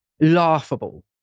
laughable